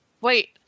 wait